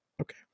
okay